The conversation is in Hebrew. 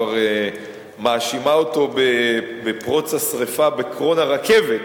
כבר מאשימה אותו בפרוץ השרפה בקרון הרכבת,